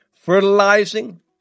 fertilizing